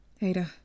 Ada